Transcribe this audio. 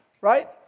right